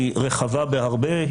היא רחבה בהרבה.